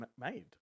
made